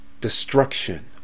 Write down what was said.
destruction